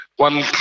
One